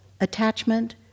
attachment